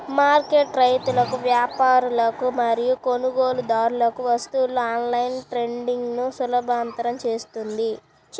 market రైతులకు, వ్యాపారులకు మరియు కొనుగోలుదారులకు వస్తువులలో ఆన్లైన్ ట్రేడింగ్ను సులభతరం చేస్తుంది